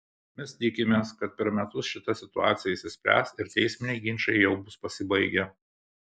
mes tikimės kad per metus šita situacija išsispręs ir teisminiai ginčai jau bus pasibaigę